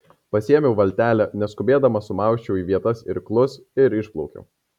pasiėmiau valtelę neskubėdama sumausčiau į vietas irklus ir išplaukiau